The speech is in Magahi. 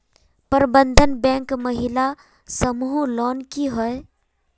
प्रबंधन बैंक महिला समूह लोन की होय?